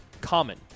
Common